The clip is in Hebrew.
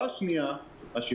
אני מגיע.